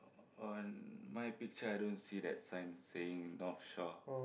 on my picture i don't see that sign saying Northshore